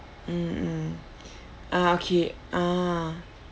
mm mm ah okay ah